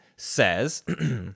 says